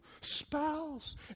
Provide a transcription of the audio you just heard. spouse